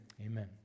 amen